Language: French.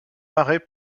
marais